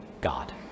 God